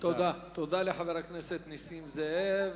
תודה לחבר הכנסת נסים זאב.